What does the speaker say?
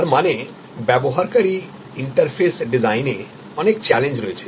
তারমানে ব্যবহারকারী ইন্টারফেস ডিজাইনে অনেক চ্যালেঞ্জ রয়েছে